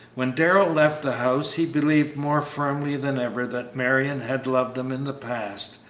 when darrell left the house he believed more firmly than ever that marion had loved him in the past.